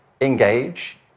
engage